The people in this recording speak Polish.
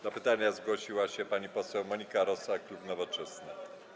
Do pytania zgłosiła się pani poseł Monika Rosa, klub Nowoczesna.